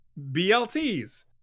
BLTs